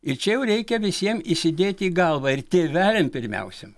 ir čia jau reikia visiem įsidėti į galvą ir tėveliam pirmiausia